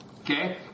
Okay